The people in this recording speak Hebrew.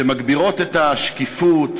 שמגבירות את השקיפות,